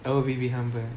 I will be be humble